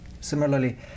Similarly